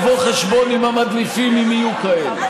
לאתר ולבוא חשבון עם המדליפים, אם יהיו כאלה.